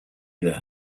their